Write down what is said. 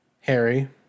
Harry